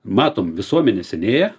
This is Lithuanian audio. matom visuomenė senėja